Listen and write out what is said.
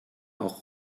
auch